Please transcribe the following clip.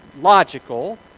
logical